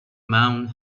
mount